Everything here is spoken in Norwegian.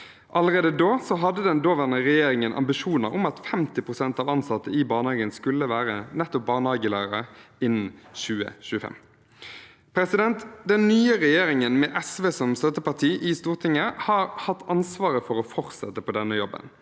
Allerede da hadde den daværende regjeringen ambisjoner om at 50 pst. av ansatte i barnehagen skulle være nettopp barnehagelærere innen 2025. Den nye regjeringen, med SV som støtteparti i Stortinget, har hatt ansvaret for å fortsette på denne jobben.